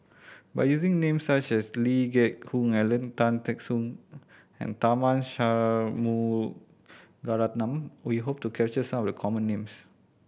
by using names such as Lee Geck Hoon Ellen Tan Teck Soon and Tharman Shanmugaratnam we hope to capture some of the common names